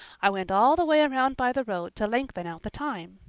i went all the way around by the road to lengthen out the time.